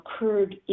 occurred